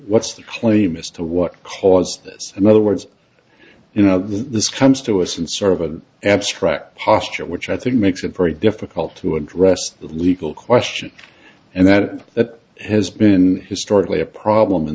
what's the claim as to what caused this in other words you know this comes to us and serve an abstract posture which i think makes it very difficult to address the legal question and that that has been historically a problem in